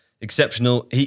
exceptional